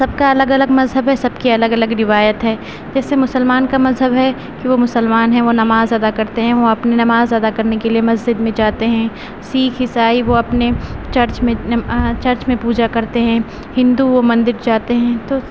سب کا الگ الگ مذہب ہے سب کی الگ الگ روایت ہے جیسے مسلمان کا مذہب ہے کہ وہ مسلمان ہے وہ نماز ادا کرتے ہیں وہ اپنی نماز ادا کرنے کے لیے مسجد جاتے ہیں سیکھ عیسائی وہ اپنے چرچ چرچ میں پوجا کرتے ہیں ہندو مندر جاتے ہیں تو